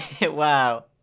Wow